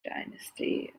dynasty